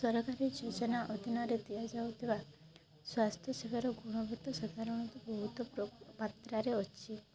ସରକାରୀ ଯୋଜନା ଅଧିନରେ ଦିଆଯାଉଥିବା ସ୍ୱାସ୍ଥ୍ୟସେବାର ଗୁଣବତ୍ତା ସାଧାରଣତଃ ବହୁତ ମାତ୍ରାରେ ଅଛି